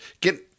get